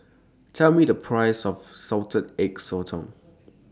Tell Me The Price of Salted Egg Sotong